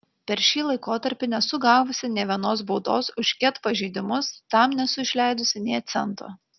per šį laikotarpį nesu gavusi nė vienos baudos už ket pažeidimus tam nesu išleidusi nė cento